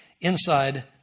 inside